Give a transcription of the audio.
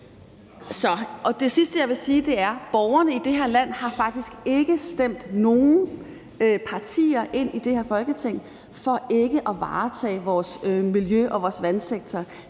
Det sidste, jeg vil sige, er, at borgerne i det her land faktisk ikke har stemt nogen partier ind i det her Folketing for ikke at tage vare på vores miljø og vores vandsektor.